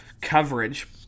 coverage